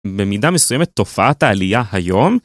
במידה מסוימת תופעת העלייה היום -